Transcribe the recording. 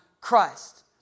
Christ